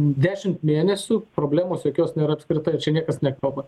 dešimt mėnesių problemos jokios nėra apskritai čia niekas nekalba